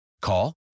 Call